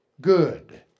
good